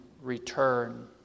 return